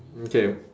mm K